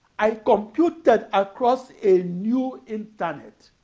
i computed across a new internet.